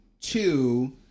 two